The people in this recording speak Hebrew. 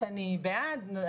אין בעיה להעביר ...